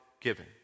giving